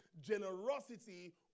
generosity